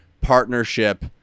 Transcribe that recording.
partnership